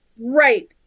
Right